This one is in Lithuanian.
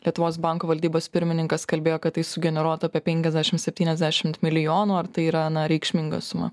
lietuvos banko valdybos pirmininkas kalbėjo kad tai sugeneruotų apie penkiasdešimt septyniasdešimt milijonų ar tai yra na reikšminga suma